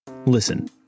Listen